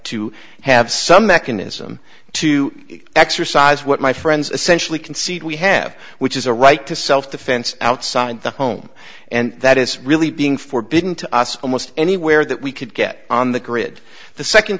to have some mechanism to exercise what my friends essentially concede we have which is a right to self defense outside the home and that is really being forbidden to us almost anywhere that we could get on the grid the second